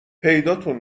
پیداتون